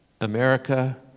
America